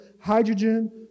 hydrogen